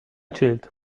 child